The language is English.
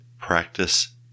practice